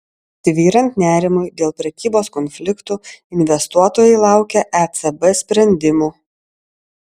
tvyrant nerimui dėl prekybos konfliktų investuotojai laukia ecb sprendimų